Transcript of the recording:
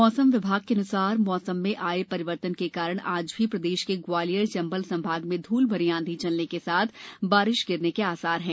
मौसम विभाग के अन्सार मौसम में आए परिवर्तन के कारण आज भी प्रदेश के ग्वालियर चंबल संभाग में धूल भरी आंधी चलने के साथ बारिश गिरने के आसार है